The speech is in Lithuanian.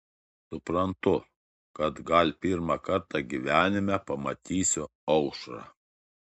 suprantu kad gal pirmą kartą gyvenime pamatysiu aušrą